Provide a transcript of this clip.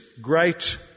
great